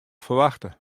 ferwachte